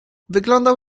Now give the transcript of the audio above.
wyglądał